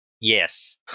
Yes